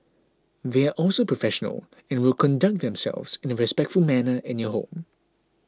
they are also professional and will conduct themselves in a respectful manner in your home